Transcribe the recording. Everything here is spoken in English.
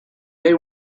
they